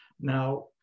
now